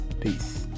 Peace